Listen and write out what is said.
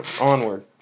Onward